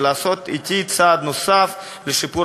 ולעשות אתי צעד נוסף לשיפור,